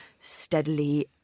steadily